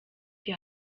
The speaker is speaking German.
die